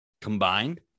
combined